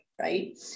right